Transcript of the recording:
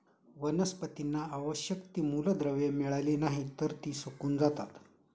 वनस्पतींना आवश्यक ती मूलद्रव्ये मिळाली नाहीत, तर ती सुकून जातात